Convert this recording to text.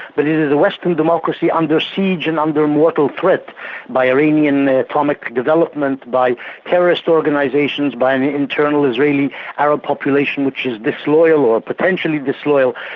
but it is a western democracy under siege and under moral threat by iranian atomic development, by terrorist organisations, by an internal israeli arab population which is disloyal or potentially disloyal,